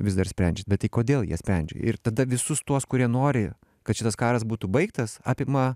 vis dar sprendžia bet tai kodėl jie sprendžia ir tada visus tuos kurie nori kad šitas karas būtų baigtas apima